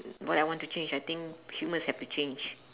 what I want to change I think humans have to change